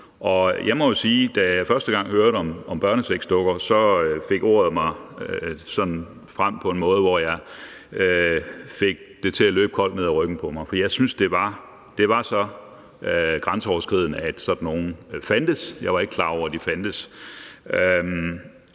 da jeg første gang hørte om børnesexdukker, løb det koldt ned ad ryggen på mig, for jeg synes, det var så grænseoverskridende, at sådan nogle fandtes. Jeg var ikke klar over, at de fandtes.